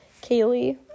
Kaylee